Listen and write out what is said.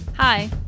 Hi